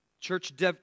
church